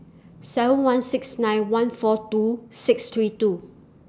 seven one six nine one four two six three two